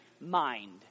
mind